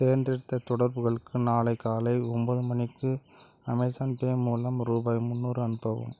தேர்ந்தெடுத்த தொடர்புகளுக்கு நாளை காலை ஒம்போது மணிக்கு அமேஸான்பே மூலம் ரூபாய் முன்னூறு அனுப்பவும்